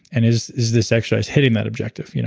and is is this exercise hitting that objective?